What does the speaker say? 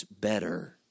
better